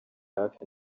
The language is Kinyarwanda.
hafi